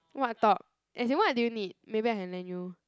what top as in what do you need maybe I can lend you